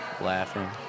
laughing